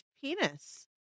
penis